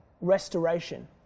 restoration